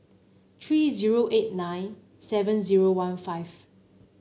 three zero eight nine seven zero one five